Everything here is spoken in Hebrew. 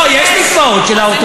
לא, יש מקוואות של האורתודוקסים.